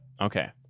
Okay